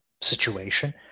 situation